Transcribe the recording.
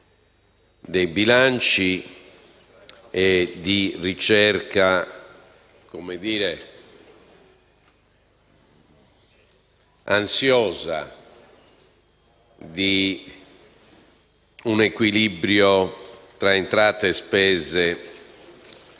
dei bilanci e di ricerca ansiosa di un equilibrio tra entrate e spese,